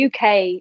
uk